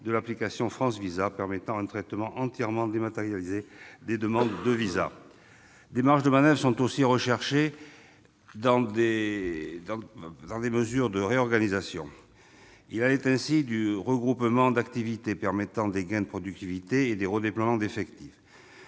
de l'application France-Visas, permettant un traitement entièrement dématérialisé des demandes de visas. Des marges de manoeuvre sont aussi recherchées dans des mesures de réorganisation. Il en est ainsi du regroupement d'activités, permettant des gains de productivité et des redéploiements d'effectifs.